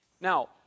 Now